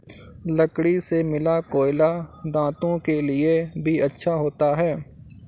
लकड़ी से मिला कोयला दांतों के लिए भी अच्छा होता है